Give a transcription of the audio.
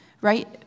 right